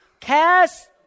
cast